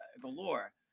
galore